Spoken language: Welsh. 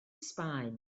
sbaen